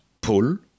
pull